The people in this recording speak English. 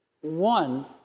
One